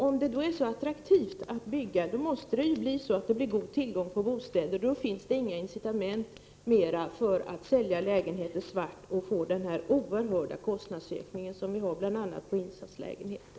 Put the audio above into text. Om det är så attraktivt att bygga måste det, om vi släpper byggandet fritt, bli god tillgång till bostäder — då finns det inte längre några incitament för att sälja lägenheter svart eller för att få den oerhörda kostnadsökning som vi har bl.a. på insatslägenheter.